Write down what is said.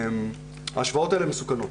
ההשוואות האלה מסוכנות.